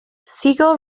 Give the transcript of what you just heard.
siegel